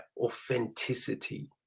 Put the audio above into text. authenticity